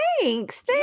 thanks